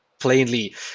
plainly